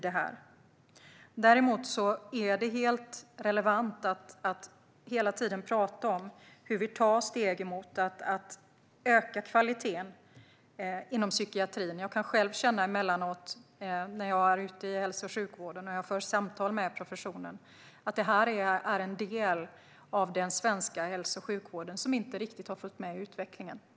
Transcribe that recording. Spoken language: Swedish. Det är dock hela tiden relevant att tala om hur vi tar steg mot att öka kvaliteten inom psykiatrin. Jag kan själv ibland, när jag är ute i hälso och sjukvården och för samtal med professionen, känna att detta är en del av den svenska hälso och sjukvården som inte riktigt har följt med i utvecklingen.